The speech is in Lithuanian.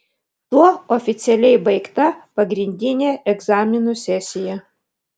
tuo oficialiai baigta pagrindinė egzaminų sesija